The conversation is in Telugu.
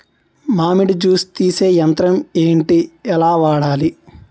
మామిడి జూస్ తీసే యంత్రం ఏంటి? ఎలా వాడాలి?